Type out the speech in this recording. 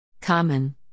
Common